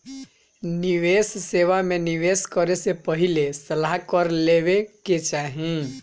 निवेश सेवा में निवेश करे से पहिले सलाह कर लेवे के चाही